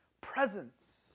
presence